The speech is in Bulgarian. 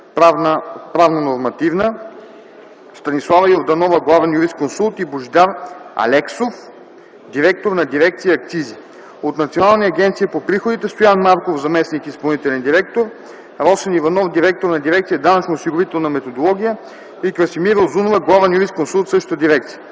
„Правно-нормативна”, Станислава Йорданова – главен юрисконсулт и Божидар Алексов – директор на Дирекция „Акцизи”, от Национална агенция по приходите: Стоян Марков – заместник- изпълнителен директор, Росен Иванов – директор на Дирекция „Данъчно осигурителна методология”, и Красимира Узунова – главен юрисконсулт в същата дирекция.